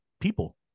people